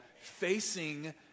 Facing